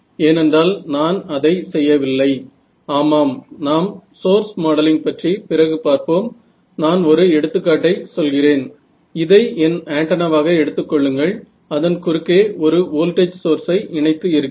तर समस्या बदलली तरी अचूकतेच्या गरजा शिथिल ठेवू शकतो